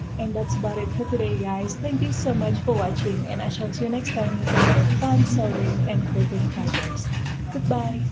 and that's about it for today guys thank you so much for watching and i shall see you next time with another fun sewing and quilting projects good bye